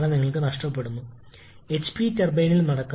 ഇപ്പോൾ നമ്മൾ കുറച്ച് കാര്യങ്ങൾ അനുമാനിക്കണം